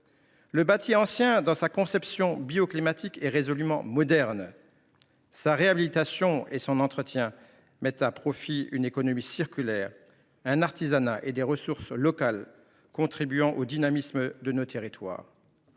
Le bâti ancien, dans sa conception bioclimatique, est résolument moderne. Sa réhabilitation et son entretien mettent à profit l’économie circulaire, l’artisanat et les ressources locales, ce qui contribue, ce faisant, au dynamisme de nos territoires.